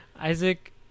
isaac